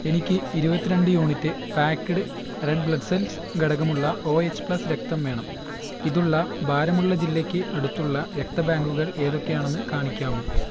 എനിക്ക് ഇരുപത്തിരണ്ട് unit packed red blood cells ഘടകമുള്ള ഒ എച്ച് പ്ലസ് രക്തം വേണം ഇതുള്ള ബാരമുള്ള ജില്ലയ്ക്ക് അടുത്തുള്ള രക്തബാങ്കുകൾ ഏതൊക്കെയാണെന്ന് കാണിക്കാമോ